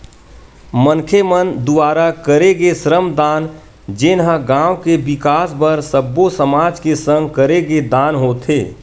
मनखे मन दुवारा करे गे श्रम दान जेनहा गाँव के बिकास बर सब्बो समाज के संग करे गे दान होथे